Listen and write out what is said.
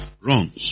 Wrong